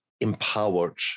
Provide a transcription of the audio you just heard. empowered